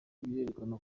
bikerekana